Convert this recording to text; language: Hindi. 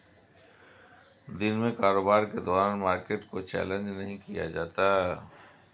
दिन में कारोबार के दौरान मार्केट को चैलेंज नहीं किया जाता